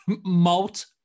Malt